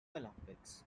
olympics